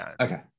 Okay